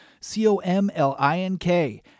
C-O-M-L-I-N-K